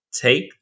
take